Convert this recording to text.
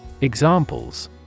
Examples